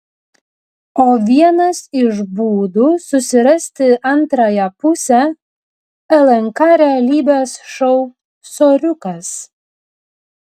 o vienas iš būdų susirasti antrąją pusę lnk realybės šou soriukas